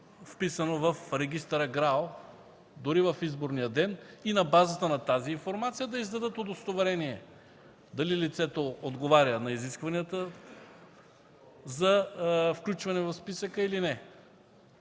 вписано в регистъра ГРАО, дори в изборния ден, и на базата на тази информация да издадат удостоверение дали лицето отговаря на изискванията за включване в списъка или не.